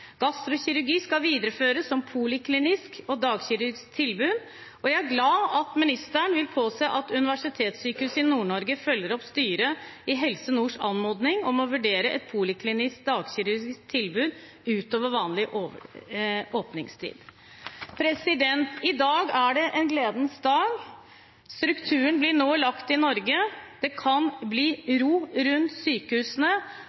Gastrokirurgi skal videreføres som poliklinisk og dagkirurgisk tilbud, og jeg er glad for at ministeren vil påse at Universitetssykehuset i Nord-Norge følger opp styret i Helse Nords anmodning om å vurdere et poliklinisk dagkirurgisk tilbud ut over vanlig åpningstid. I dag er en gledens dag. Strukturen blir nå lagt i Norge. Det kan bli